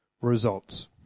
results